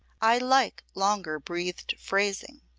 i like longer breathed phrasing.